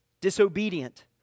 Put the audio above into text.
disobedient